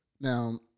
Now-